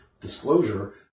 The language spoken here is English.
disclosure